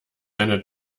eine